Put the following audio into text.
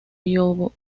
voivodato